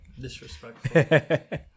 Disrespectful